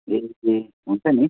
ए हुन्छ नि